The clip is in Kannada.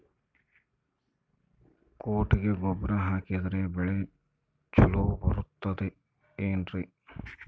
ಕೊಟ್ಟಿಗೆ ಗೊಬ್ಬರ ಹಾಕಿದರೆ ಬೆಳೆ ಚೊಲೊ ಬರುತ್ತದೆ ಏನ್ರಿ?